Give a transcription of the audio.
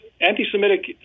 anti-Semitic